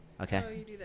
Okay